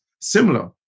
similar